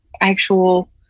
actual